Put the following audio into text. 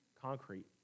concrete